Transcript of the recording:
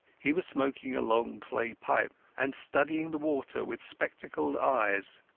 he was smoking a long clay pipe and studying the water with spectacled eyes.